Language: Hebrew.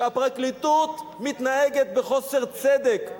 שהפרקליטות מתנהגת בחוסר צדק,